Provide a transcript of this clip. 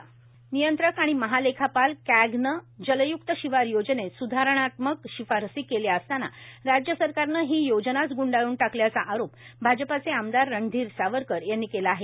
जलय्क्तशिवार नियंत्रक आणि महालेखापाल अर्थात कॅगन जलय्क्त शिवार योजनेत सुधारणात्मक शिफारसी केल्या असताना राज्य सरकारनं ही योजनाच ग्ंडाळून टाकल्याचा आरोप भाजपाचे आमदार रणधीर सावरकर यांनी केला आहे